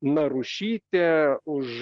narušytė už